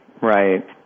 right